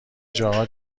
جاها